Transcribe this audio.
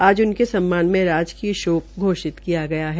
आज उनके सम्मान में राजकीय शोक घोषित किया गया है